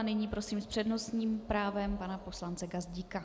Nyní prosím s přednostním právem pana poslance Gazdíka.